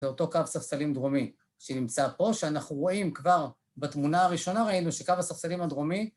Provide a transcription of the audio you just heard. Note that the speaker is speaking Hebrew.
לאותו קו ספסלים דרומי שנמצא פה, שאנחנו רואים, כבר בתמונה הראשונה ראינו, שקו הספסלים הדרומי